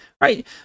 right